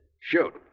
Shoot